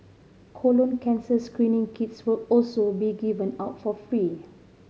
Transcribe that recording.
colon cancer screening kits will also be given out for free